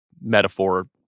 metaphor